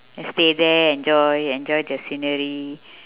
just stay there enjoy enjoy their scenery